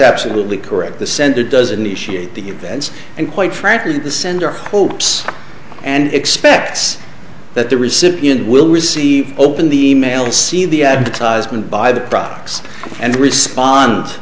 absolutely correct the send a dozen initiate the events and quite frankly the sender hopes and expects that the recipient will receive open the e mail see the advertisement buy the products and respond